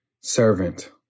servant